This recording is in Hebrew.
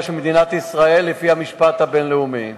של מדינת ישראל לפי המשפט הבין-לאומי.